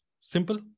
Simple